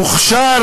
יוכשר